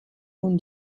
und